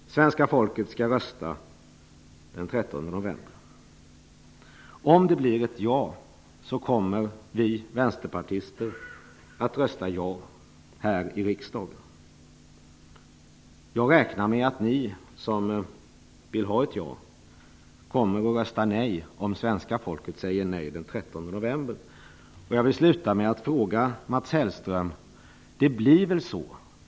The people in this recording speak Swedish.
Svenska folket skall rösta den 13 november. Om det blir ett ja, kommer vi vänsterpartister att rösta ja här i riksdagen. Jag räknar med att ni som vill ha ett ja kommer att rösta nej om svenska folket säger nej den 13 november. Jag vill sluta med att fråga Mats Hellström följande.